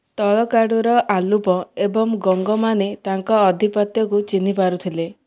ତଳକାଡୁର ଅଲୁପ ଏବଂ ଗଙ୍ଗ ମାନେ ତାଙ୍କ ଆଧିପତ୍ୟକୁ ଚିହ୍ନିପାରିଥିଲେ